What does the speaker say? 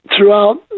throughout